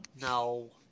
No